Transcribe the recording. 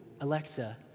Alexa